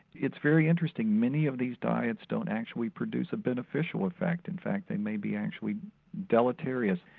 it's very interesting many of these diets don't actually produce a beneficial effect, in fact they may be actually deleterious.